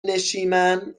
نشیمن